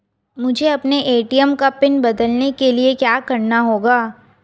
मुझे अपने ए.टी.एम का पिन बदलने के लिए क्या करना होगा?